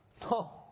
No